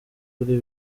kuri